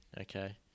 Okay